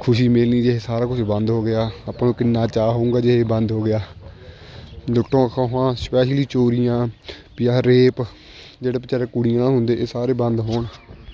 ਖੁਸ਼ੀ ਮਿਲਣੀ ਜੇ ਇਹ ਸਾਰਾ ਕੁਝ ਬੰਦ ਹੋ ਗਿਆ ਆਪਾਂ ਨੂੰ ਕਿੰਨਾ ਚਾਅ ਹੋਊਗਾ ਜੇ ਇਹ ਬੰਦ ਹੋ ਗਿਆ ਲੁੱਟਾਂ ਖੋਹਾਂ ਸਪੈਸ਼ਲੀ ਚੋਰੀਆਂ ਵੀ ਆਹ ਰੇਪ ਜਿਹੜੇ ਵਿਚਾਰੇ ਕੁੜੀਆਂ ਹੁੰਦੇ ਇਹ ਸਾਰੇ ਬੰਦ ਹੋਣ